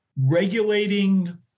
regulating